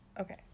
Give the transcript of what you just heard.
Okay